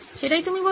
সেটাই তুমি বলছ